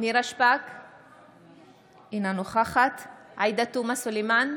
נירה שפק, אינה נוכחת עאידה תומא סלימאן,